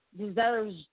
deserves